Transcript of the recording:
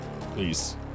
please